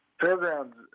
fairgrounds